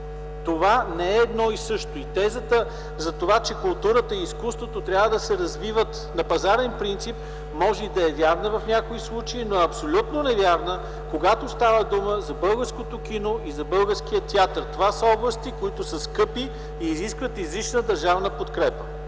Това не е едно и също. Тезата за това, че културата и изкуството трябва да се развиват на пазарен принцип, може и да е вярна в някои случаи, но е абсолютно невярна, когато става дума за българското кино и за българския театър. Това са области, които са скъпи и изискват изрична държавна подкрепа,